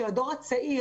של הדור הצעיר,